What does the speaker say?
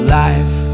life